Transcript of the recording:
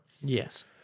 yes